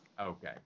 Okay